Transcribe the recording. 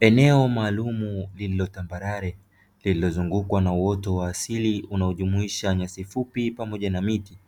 Eneo maalumu lililo tambarare lililozungukwa na uoto wa asili unaojumuisha nyasi fupi pamoja na miti